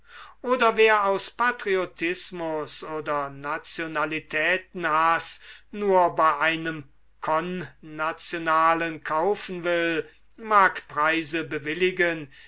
oder wer aus patriotismus oder nationalitätenhaß nur bei einem konnationalen kaufen will mag preise bewilligen